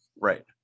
right